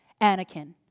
Anakin